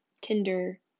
Tinder